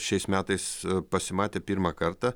šiais metais pasimatė pirmą kartą